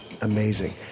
amazing